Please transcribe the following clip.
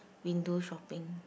window shopping